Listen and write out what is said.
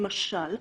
למשל,